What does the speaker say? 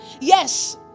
Yes